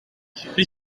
fiori